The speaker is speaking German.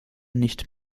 nicht